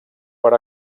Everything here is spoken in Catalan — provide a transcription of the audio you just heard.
per